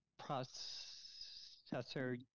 processor